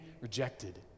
rejected